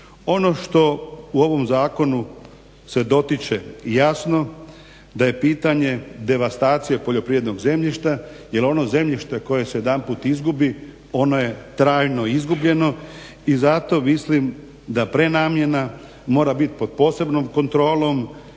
Ono što u ovom zakonu se dotiče jasno da je pitanje devastacije poljoprivrednog zemljišta, jer ono zemljište koje se jedanput izgubi ono je trajno izgubljeno i zato mislim da prenamjena mora biti pod posebnom kontrolom